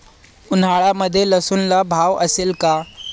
उन्हाळ्यामध्ये लसूणला भाव असेल का?